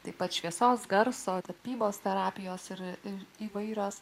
taip pat šviesos garso tapybos terapijos ir įvairios